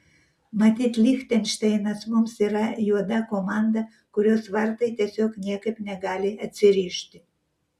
matyt lichtenšteinas mums yra juoda komanda kurios vartai tiesiog niekaip negali atsirišti